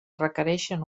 requereixen